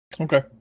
Okay